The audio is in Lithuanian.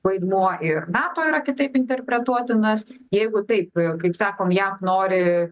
vaidmuo ir nato yra kitaip interpretuotinas jeigu taip kaip sakom jav nori